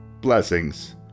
blessings